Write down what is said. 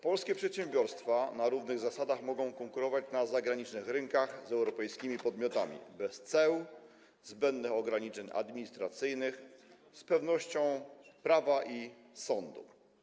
Polskie przedsiębiorstwa na równych zasadach mogą konkurować na zagranicznych rynkach z europejskimi podmiotami - bez ceł, zbędnych ograniczeń administracyjnych, z pewnością prawa i sądu.